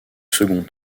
second